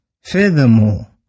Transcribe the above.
Furthermore